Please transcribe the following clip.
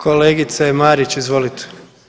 Kolegice Marić, izvolite.